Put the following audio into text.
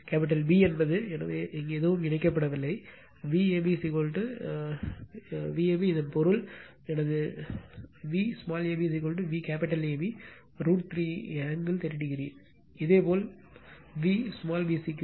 B என்பது எனவே இங்கு எதுவும் இணைக்கப்படவில்லை எனவே Vab Vab இதன் பொருள் எனது Vab V AB √ 3 angle 30o இதேபோல் Vbc க்கு